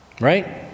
right